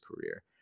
career